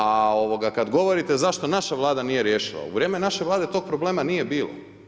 A, kad govorite zašto naša Vlada nije riješila, u vrijeme naše Vlade tog problema nije bilo.